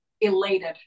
elated